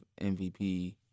MVP